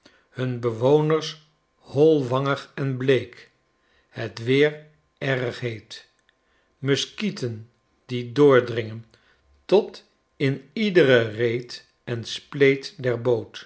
hun bewoners holwangig en bleek het weer erg heet muskieten die doordringen tot in iedere reet en spleet